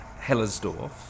Hellersdorf